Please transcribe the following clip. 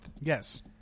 Yes